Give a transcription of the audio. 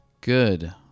Good